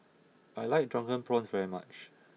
I like Drunken Prawns very much